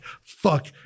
fuck